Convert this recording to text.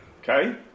Okay